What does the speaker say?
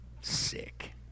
Sick